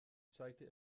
zeigte